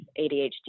ADHD